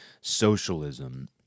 socialism